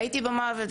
הייתי במוות,